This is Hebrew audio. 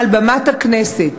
מעל במת הכנסת,